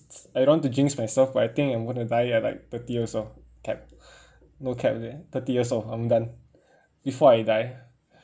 I don't want to jinx myself but I think I'm gonna die at like thirty years old cap no cap is it thirty years old I'm done before I die